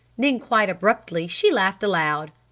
then quite abruptly she laughed aloud.